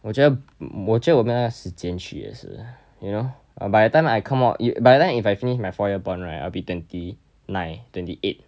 我觉得我没那时间去也是 you know by the time I come out you by the time if I finish my four year bond right I'll be twenty nine twenty eight